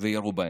וירו בהם,